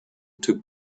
took